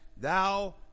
thou